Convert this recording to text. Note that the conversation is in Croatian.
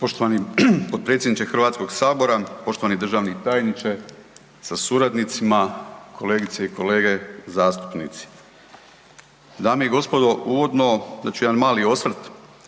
Poštovani potpredsjedniče HS, poštovani državni tajniče sa suradnicima, kolegice i kolege zastupnici. Dame i gospodo, uvodno dat ću jedan mali osvrt.